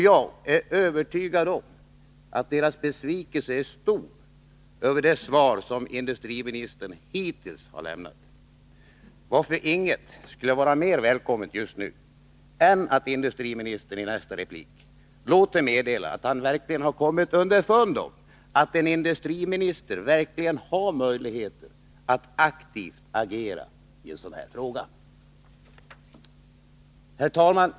Jag är övertygad om att deras besvikelse är stor över det svar som industriministern hittills har lämnat, varför ingenting skulle vara mer välkommet just nu än att industriministern i nästa inlägg låter meddela att han kommit underfund med att en industriminister verkligen har möjlighet att aktivt agera i en sådan här fråga. Herr talman!